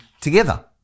together